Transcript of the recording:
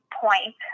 point